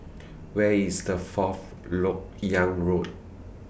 Where IS The Fourth Lok Yang Road